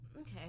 okay